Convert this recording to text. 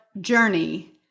journey